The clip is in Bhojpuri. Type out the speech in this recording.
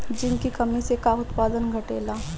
जिंक की कमी से का उत्पादन घटेला?